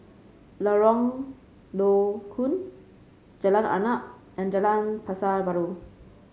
Lorong Low Koon Jalan Arnap and Jalan Pasar Baru